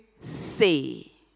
see